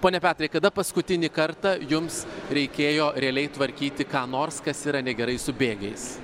pone petrai kada paskutinį kartą jums reikėjo realiai tvarkyti ką nors kas yra negerai su bėgiais